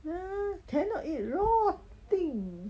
uh cannot eat raw thing